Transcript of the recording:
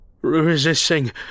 resisting